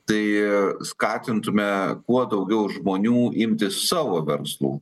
tai skatintume kuo daugiau žmonių imtis savo verslų